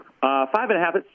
Five-and-a-half